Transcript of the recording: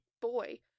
boy